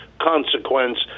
consequence